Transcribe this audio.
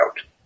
out